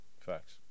Facts